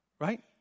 right